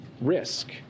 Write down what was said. risk